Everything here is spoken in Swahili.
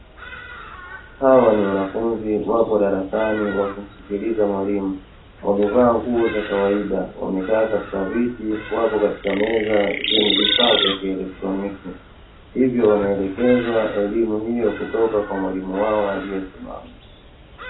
Hawa ni wanafunzi wapo darasani wakimsikiliza mwalimu. Wamevaa nguo za kawaida wamekaa katika viti, wapo katika meza zenye vifaa vya kielektroniki. Hivyo wanaelekezwa elimu hiyo kutoka kwa mwalimu wao aliyesimama.